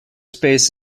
space